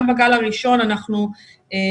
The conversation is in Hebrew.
גם בגל הראשון בראיונות,